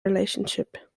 relationship